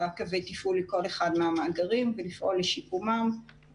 אני פותח את הדיון בנושא תכנון משק המים וניהולו דוח מבקר המדינה 69א,